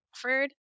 offered